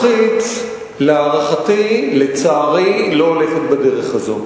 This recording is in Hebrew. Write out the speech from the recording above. אני לא חושב שזה הפתרון.